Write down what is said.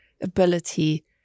ability